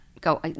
go